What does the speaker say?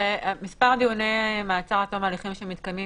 מספר דיוני המעצר עד תום ההליכים שמתקיימים